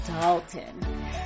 dalton